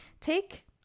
take